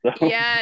Yes